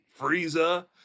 Frieza